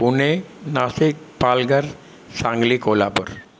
पूने नासिक पालगन सांगली कोलापुर